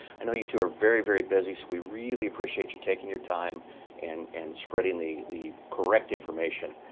i know you two are very, very busy, so we really appreciate you taking your time and and spreading the the correct information,